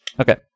Okay